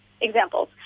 examples